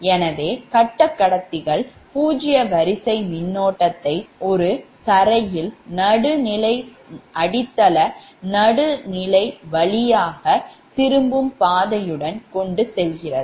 எனவே கட்டக் கடத்திகள் பூஜ்ஜிய வரிசை மின்னோட்டத்தை ஒரு தரையில் நடுநிலை அடித்தள நடுநிலை வழியாக திரும்பும் பாதைகளுடன் கொண்டு செல்கின்றன